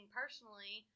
personally